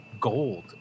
Gold